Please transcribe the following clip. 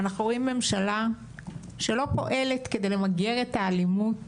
אנחנו רואים ממשלה שלא פועלת כדי למגר את האלימות